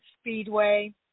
Speedway